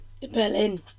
berlin